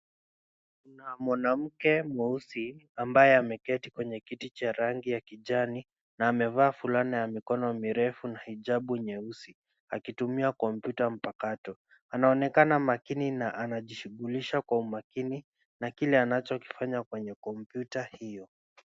Kuna mwanamke mweusi ambaye ameketi kwenye kiti cha rangi ya kijani na amevaa fulana ya mikono mirefu na hijabu nyeusi akitumia kompyuta mpakato, anaonekana makini na anajishughulisha kwa umakini na kile anachokifanya kwenye kompyuta hio.